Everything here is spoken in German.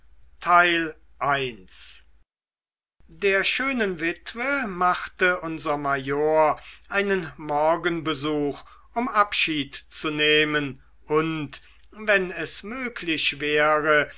der schönen witwe machte unser major einen morgenbesuch um abschied zu nehmen und wenn es möglich wäre